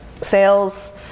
Sales